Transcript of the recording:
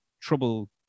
trouble